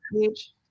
Page